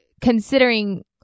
considering